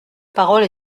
parole